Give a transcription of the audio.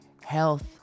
health